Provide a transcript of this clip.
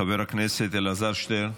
חבר הכנסת אלעזר שטרן,